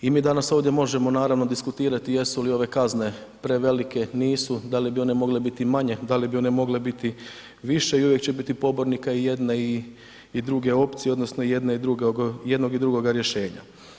I mi danas ovdje možemo naravno diskutirati jesu li ove kazne prevelike, nisu, da li bi one mogle biti i manje, da li bi one mogle biti više i uvijek će biti pobornika i jedne i druge opcije odnosno jednog i drugoga rješenja.